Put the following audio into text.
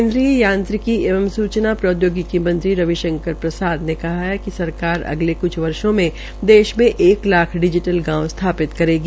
केन्द्रीय यांत्रिकी एंव जनता प्रौद्यागिकी मंत्री रवि शंकर प्रसाद ने कहा है कि सरकार अगले कुछ वर्षो मे देश में एक लाख डिजीटल गांव स्थापित करेगी